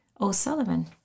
O'Sullivan